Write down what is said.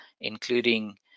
including